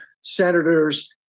senators